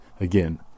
again